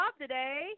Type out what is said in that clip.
today